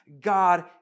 God